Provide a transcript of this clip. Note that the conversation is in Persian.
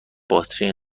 باتری